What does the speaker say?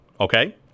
Okay